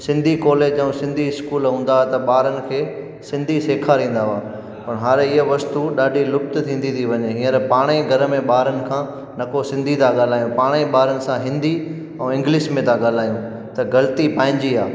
Sindhi college ऐं Sindhi school हूंदा हुआ त ॿारनि खे सिंधी सेखारींदा हुआ पर हाणे इहो वस्तु ॾाढी लुप्त थींदी थी वञे हींअर पाणे ई घर में ॿारनि खां न को सिंधी था ॻाल्हायूं पाणे ई ॿारनि सां हिंदी ऐं इंग्लिश मे था ॻाल्हायूं त ग़ल्ती पंहिंजी आहे